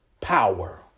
power